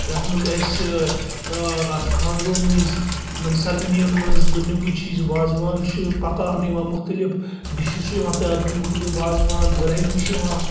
یتھ منٛز اسہِ اَتھ خانٛدرو مٔنٛزۍ یِمَن سٔرمٔنیَن مٔنٛزۍ گۄڈٕنکُے چیز وازوان چھِ پَکاونہٕ یِوان مُختٔلِف ڈِشز چھِ یِوان تَیار کَرنہِ مُختٔلِف وازوان ویرایٹی چھِ یِوان